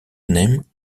name